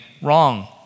wrong